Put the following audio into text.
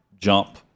jump